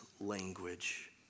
language